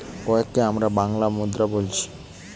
কয়েনকে আমরা বাংলাতে মুদ্রা বোলছি